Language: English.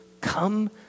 Come